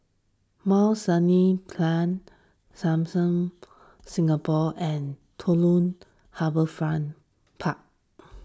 Mount Sinai Plain Lam Soon Singapore and Jelutung Harbour France Park